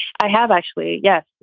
i have actually yes.